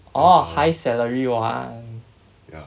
orh high salary [one]